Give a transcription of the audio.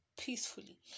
peacefully